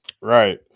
Right